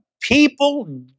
people